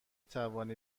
توانی